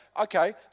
okay